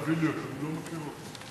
אני לא מכיר אותו.